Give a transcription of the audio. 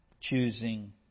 choosing